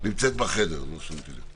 אני לא מזלזלת בדברים שאנשים אומרים.